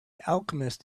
alchemist